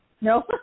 No